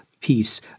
peace